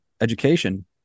education